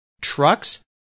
trucks